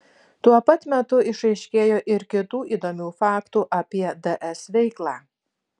tuo pat metu išaiškėjo ir kitų įdomių faktų apie ds veiklą